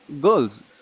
girls